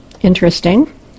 interesting